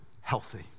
healthy